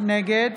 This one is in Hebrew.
נגד